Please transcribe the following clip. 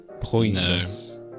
pointless